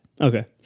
Okay